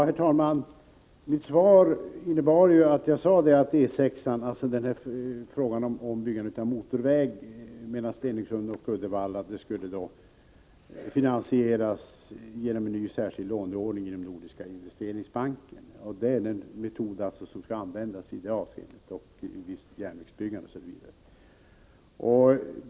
Herr talman! Mitt svar var ju att ombyggandet av motorvägen E 6 mellan Stenungsund och Uddevalla skulle finansieras genom en ny särskild låneordning inom Nordiska investeringsbanken. Det är den metod som skall användas för det ändamålet och för visst järnvägsbyggande m.m.